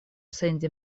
sendi